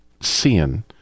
seeing